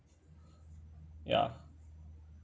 ya